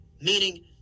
Meaning